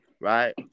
right